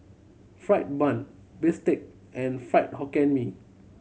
fried bun bistake and Fried Hokkien Mee